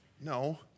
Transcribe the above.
No